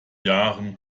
jahren